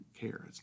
care